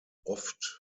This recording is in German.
oft